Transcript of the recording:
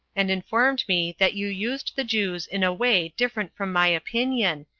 and informed me that you used the jews in a way different from my opinion,